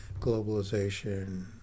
globalization